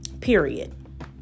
Period